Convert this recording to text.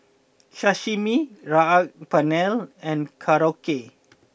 Sashimi Saag Paneer and Korokke